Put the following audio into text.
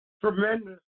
Tremendous